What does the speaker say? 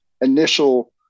initial